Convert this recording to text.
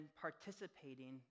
participating